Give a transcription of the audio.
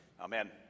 Amen